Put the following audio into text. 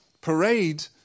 parade